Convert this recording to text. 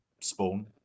Spawn